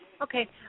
Okay